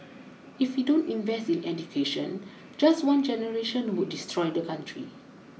if we don't invest in education just one generation would destroy the country